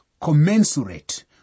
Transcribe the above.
commensurate